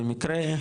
במקרה,